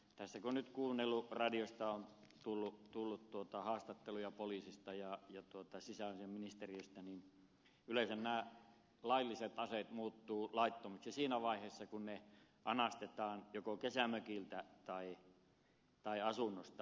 tässä kun on kuunnellut radiosta on tullut haastatteluja poliisista ja sisäasiainministeriöstä niin yleensä nämä lailliset aseet muuttuvat laittomiksi siinä vaiheessa kun ne anastetaan joko kesämökiltä tai asunnosta